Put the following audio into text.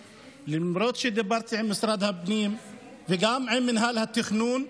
למרות שדיברתי עם משרד הפנים וגם עם מינהל התכנון,